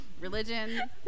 religion